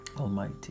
almighty